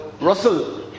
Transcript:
Russell